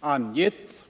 angett.